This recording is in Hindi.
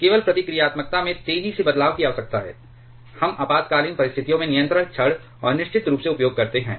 केवल प्रतिक्रियात्मकता में तेजी से बदलाव की आवश्यकता है हम आपातकालीन परिस्थितियों में नियंत्रण छड़ और निश्चित रूप से उपयोग करते हैं